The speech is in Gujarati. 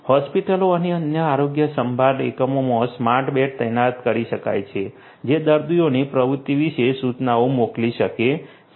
હોસ્પિટલો અને અન્ય આરોગ્ય સંભાળ એકમોમાં સ્માર્ટ બેડ તૈનાત કરી શકાય છે જે દર્દીની પ્રવૃત્તિ વિશે સૂચનાઓ મોકલી શકે છે